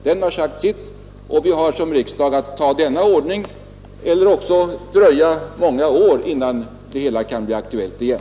Den har sagt sitt, och vi har i riksdagen att besluta om denna ordning eller dröja många år innan frågan kommer hit igen.